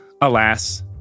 alas